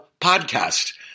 podcast